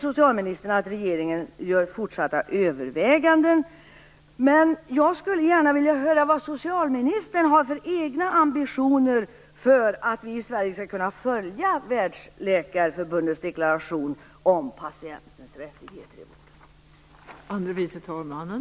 Socialministern säger att regeringen gör fortsatta överväganden, men jag skulle gärna vilja höra vad socialministern har för egna ambitioner för att vi i Sverige skall kunna följa Världsläkarförbundets deklaration om patienters rättigheter i vården.